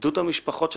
איבדו את המשפחות שלהם.